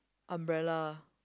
umbrella